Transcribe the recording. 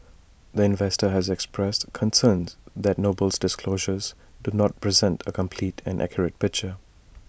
the investor has expressed concerns that Noble's disclosures do not present A complete and accurate picture